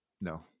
No